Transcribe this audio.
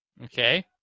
Okay